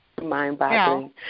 Mind-boggling